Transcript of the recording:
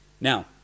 Now